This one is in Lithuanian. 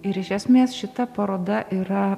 ir iš esmės šita paroda yra